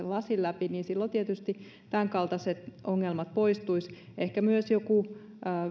lasin läpi niin silloin tietysti tämänkaltaiset ongelmat poistuisivat ehkä myös joku